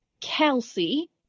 Kelsey